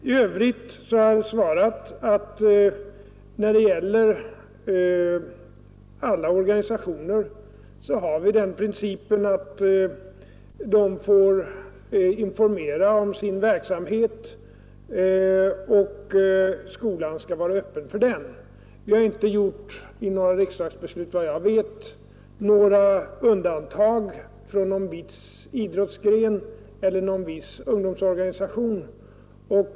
I övrigt har jag svarat att när det gäller alla organisationer så har vi den principen att de får informera om sin verksamhet, och skolan skall vara öppen för den. Vi har så vitt jag vet inte i några riksdagsbeslut gjort undantag för någon viss idrottsgren eller någon viss ungdomsorganisation.